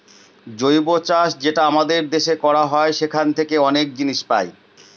জৈব চাষ যেটা আমাদের দেশে করা হয় সেখান থাকে অনেক জিনিস পাই